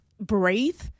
breathe